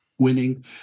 winning